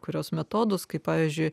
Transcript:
kurios metodus kaip pavyzdžiui